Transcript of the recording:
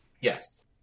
Yes